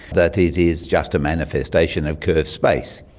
that it is just a manifestation of curved space.